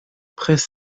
prés